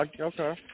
Okay